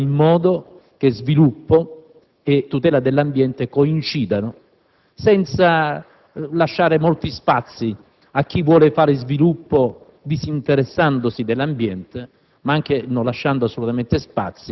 e siamo tutti impegnati a fare in modo che sviluppo e tutela dell'ambiente coincidano, senza lasciare spazi a chi vuol fare sviluppo disinteressandosi dell'ambiente,